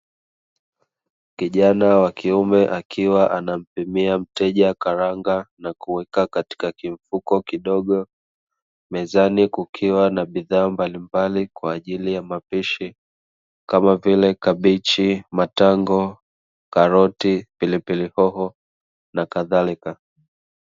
Kijana wa kiume akiwa anampimia mteja karanga na kuweka katika kimfuko kidogo. Mezani kukiwa na bidhaa mbalimbali kwa ajili ya mapishi kama vile kabichi, matango, karoti pilipili hoho nakadhalika.